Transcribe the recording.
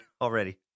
already